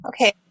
Okay